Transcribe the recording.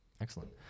Excellent